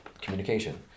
communication